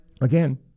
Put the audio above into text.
again